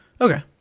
Okay